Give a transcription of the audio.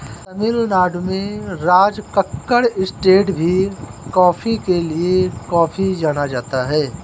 तमिल नाडु में राजकक्कड़ एस्टेट भी कॉफी के लिए काफी जाना जाता है